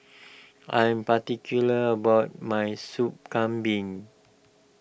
I am particular about my Soup Kambing